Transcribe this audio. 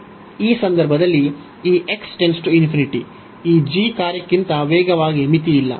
ಈ ಸಂದರ್ಭದಲ್ಲಿ ಈ ಈ g ಕಾರ್ಯಕ್ಕಿಂತ ವೇಗವಾಗಿ ಮಿತಿಯಿಲ್ಲ